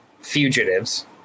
fugitives